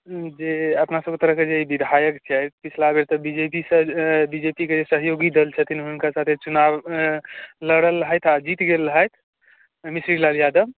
जे अपना सभ तरहके जे ई विधायक छथि पिछला बेर तऽ बी जे पी शायद बीजेपीके जे सहयोगी दल छथिन हुनका साथे चुनाओ लड़ल रहथि आ जीत गेल रहथि मिसरी लाल यादव